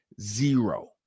zero